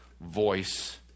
voice